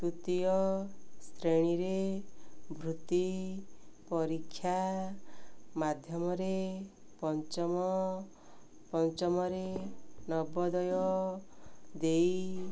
ତୃତୀୟ ଶ୍ରେଣୀରେ ବୃତ୍ତି ପରୀକ୍ଷା ମାଧ୍ୟମରେ ପଞ୍ଚମ ପଞ୍ଚମରେ ନବୋଦୟ ଦେଇ